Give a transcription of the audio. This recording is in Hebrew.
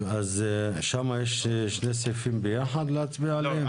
אז שם יש שני סעיפים ביחד להצביע עליהם?